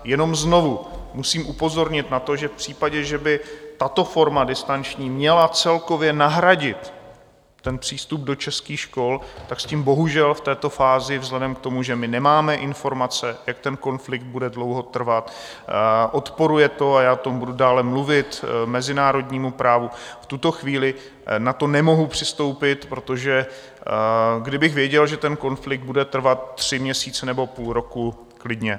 Jenom znovu musím upozornit na to, že v případě, že by tato distanční forma měla celkově nahradit přístup do českých škol, tak s tím bohužel v této fázi vzhledem k tomu, že nemáme informace, jak ten konflikt bude dlouho trvat, odporuje to, a já o tom budu dále mluvit, mezinárodnímu právu v tuto chvíli na to nemohu přistoupit, protože kdybych věděl, že ten konflikt bude trvat tři měsíce nebo půl roku, klidně.